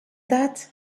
that